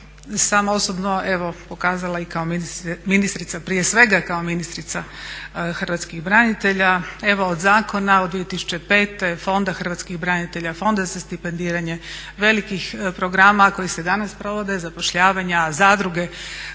sam osobno evo pokazala i kao ministrica, prije svega kao ministrica hrvatskih branitelja. Evo od Zakona od 2005., Fonda hrvatskih branitelja, Fonda za stipendiranje, velikih programa koji se i danas provode zapošljavanja, zadruge